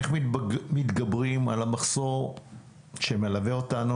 איך מתגברים על המחסור שמלווה אותנו